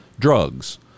drugs